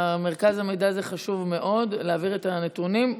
מרכז המידע זה חשוב מאוד, להעביר את הנתונים.